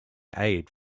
aid